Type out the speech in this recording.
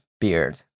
Beard